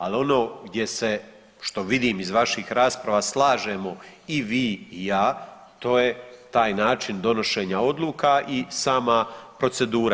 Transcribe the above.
Ali ono gdje se što vidim iz vaših rasprava slažemo i vi i ja to je taj način donošenja odluka i sama procedura.